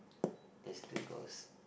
there's two girls